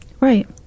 right